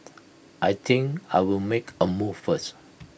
I think I'll make A move first